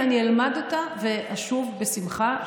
ואני אלמד אותה ואשוב בשמחה,